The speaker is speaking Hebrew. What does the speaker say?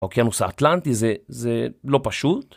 האוקיינוס האטלנטי זה לא פשוט.